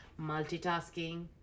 Multitasking